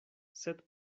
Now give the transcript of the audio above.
sed